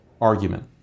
argument